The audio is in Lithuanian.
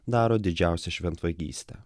daro didžiausią šventvagystę